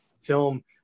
film